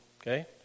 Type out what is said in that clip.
Okay